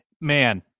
Man